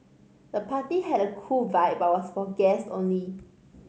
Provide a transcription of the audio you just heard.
the party had a cool vibe but was for guests only